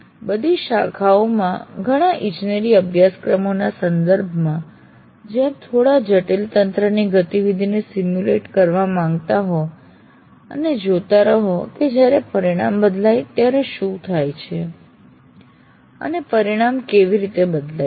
બધી શાખાઓમાં ઘણા ઇજનેરી અભ્યાસક્રમોના સંદર્ભમાં જ્યાં આપ થોડા જટિલ તંત્રની ગતિવિધિને સીમ્યુલેટ કરવા માંગતા હો અને જોતા રહો કે જ્યારે પરિમાણ બદલાય ત્યારે શું થાય છે અને પરિણામ કેવી રીતે બદલાય છે